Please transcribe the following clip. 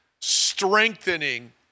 strengthening